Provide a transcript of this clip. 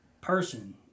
person